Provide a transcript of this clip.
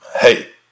Hey